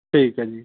ਠੀਕ ਆ ਜੀ